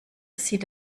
sieht